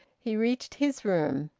he reached his room,